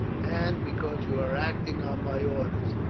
and because you are acting on my orders.